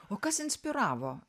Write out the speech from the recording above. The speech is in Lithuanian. o kas inspiravo